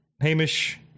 Hamish